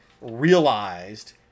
realized